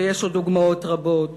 ויש עוד דוגמאות רבות.